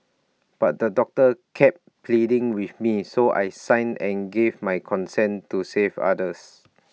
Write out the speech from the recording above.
but the doctor kept pleading with me so I signed and gave my consent to save others